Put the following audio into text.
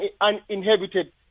uninhabited